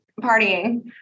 partying